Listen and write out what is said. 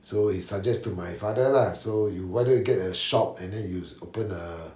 so he suggest to my father lah so you why don't you get a shop and then open a